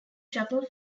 shuttle